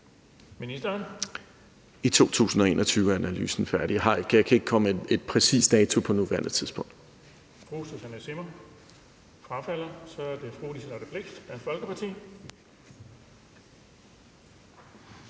Engelbrecht): I 2021 er analysen færdig. Jeg kan ikke komme med en præcis dato på nuværende tidspunkt.